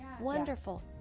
wonderful